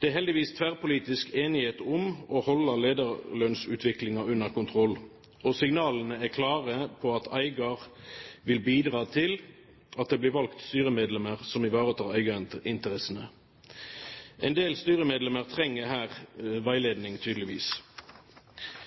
Det er heldigvis tverrpolitisk enighet om å holde lederlønnsutviklingen under kontroll, og signalene er klare på at eier vil bidra til at det blir valgt styremedlemmer som ivaretar eierinteressene. En del styremedlemmer trenger her veiledning, tydeligvis.